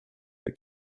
the